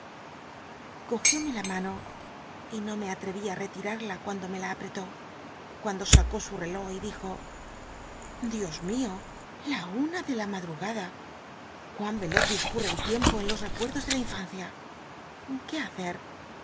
cogióme la mano y no me ahc i i rctiral'ia cuando me la apretó cuando sacó su reló y dijo dios mio la una de la madrugada cu ín yeloz discurre el tiempo en los recuerdos de la infancia qué hace